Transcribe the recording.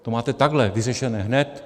To máte takhle vyřešené hned.